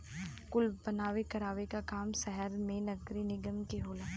कुल बनवावे करावे क काम सहर मे नगरे निगम के होला